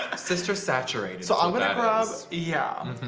ah sister saturate so i'm gonna yeah,